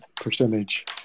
percentage